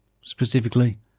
Specifically